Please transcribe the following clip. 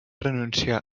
renunciar